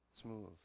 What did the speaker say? Smooth